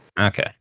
Okay